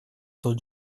тот